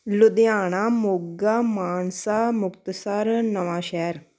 Ludhiana Moga Mansa Muktsar Nawanshahr